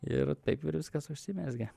ir taip ir viskas užsimezgė